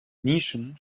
nischen